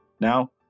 Now